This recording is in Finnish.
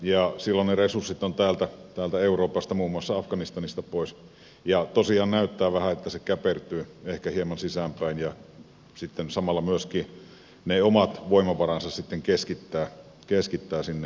silloin ne resurssit täältä euroopasta ovat muun muassa afganistanista pois ja tosiaan näyttää vähän että yhdysvallat käpertyy ehkä hieman sisäänpäin ja sitten samalla myöskin ne omat voimavaransa sitten keskittää sinne aasiaan ja kiinaan